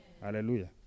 hallelujah